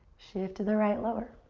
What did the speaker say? shift to the right, lower.